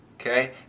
okay